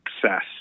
success